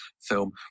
film